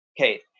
Okay